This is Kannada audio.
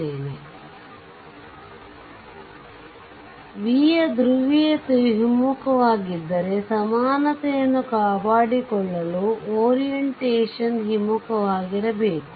v ಯ ಧ್ರುವೀಯತೆಯು ಹಿಮ್ಮುಖವಾಗಿದ್ದರೆ ಸಮಾನತೆಯನ್ನು ಕಾಪಾಡಿಕೊಳ್ಳಲು ಒರಿಯಂಟೇಶನ್ i ಹಿಮ್ಮುಖವಾಗಿರಬೇಕು